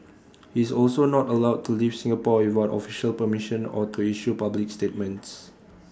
he is also not allowed to leave Singapore without official permission or to issue public statements